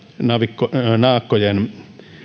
naakkojen naakkojen